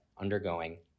undergoing